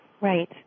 right